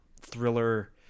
thriller